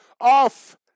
Off